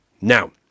now